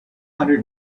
hundred